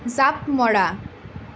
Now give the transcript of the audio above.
জাঁপ মৰা